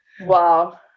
wow